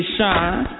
Shine